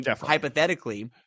hypothetically